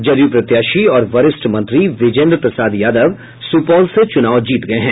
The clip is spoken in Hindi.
जदयू प्रत्याशी और वरिष्ठ मंत्री विजेन्द्र प्रसाद यादव सुपौल से चूनाव जीत गये है